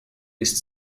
ist